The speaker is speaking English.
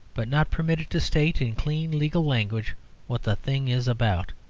but not permitted to state in clean legal language what the thing is about.